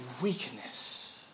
Weakness